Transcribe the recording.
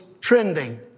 trending